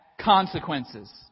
consequences